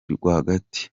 rwagati